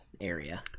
area